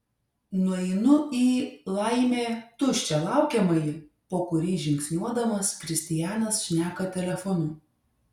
nueinu į laimė tuščią laukiamąjį po kurį žingsniuodamas kristianas šneka telefonu